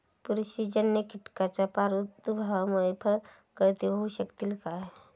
बुरशीजन्य कीटकाच्या प्रादुर्भावामूळे फळगळती होऊ शकतली काय?